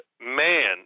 man